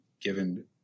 given